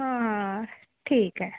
हं ठीक आहे